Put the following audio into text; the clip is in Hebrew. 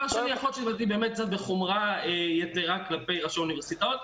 יכול להיות שדיברתי באמת קצת בחומרה יתרה כלפי ראשי האוניברסיטאות.